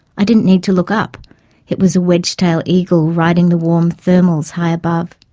i didn't need to look up it was a wedgetail eagle riding the warm thermals high above.